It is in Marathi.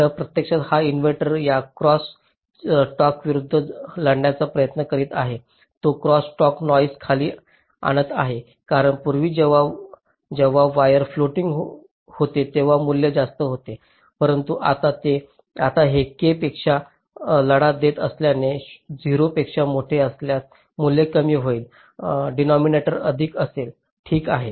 तर प्रत्यक्षात हा इन्व्हर्टर या क्रॉस चर्चाविरूद्ध लढण्याचा प्रयत्न करीत आहे तो क्रॉस टॉक नॉईस खाली आणत आहे कारण पूर्वी जेव्हा वायर फ्लोटिंग होते तेव्हा मूल्य जास्त होते परंतु आता हे के पेक्षा लढा देत असल्याने 0 पेक्षा मोठे असल्यास मूल्य कमी होईल डेनॉमिनटोर अधिक असेल ठीक आहे